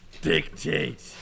Dictate